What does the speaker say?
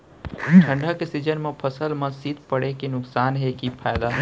ठंडा के सीजन मा फसल मा शीत पड़े के नुकसान हे कि फायदा?